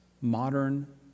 modern